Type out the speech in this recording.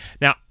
Now